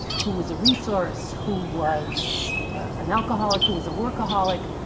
who was a resource, who was an alcoholic, who was a workaholic.